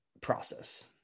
Process